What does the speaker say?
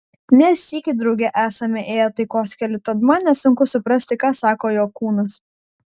ne sykį drauge esame ėję taikos keliu tad man nesunku suprasti ką sako jo kūnas